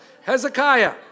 Hezekiah